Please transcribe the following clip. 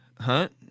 Hunt